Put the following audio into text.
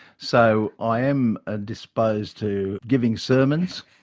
so i am and disposed to giving sermons.